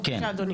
בבקשה, אדוני.